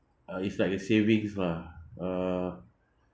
uh it's like a savings lah uh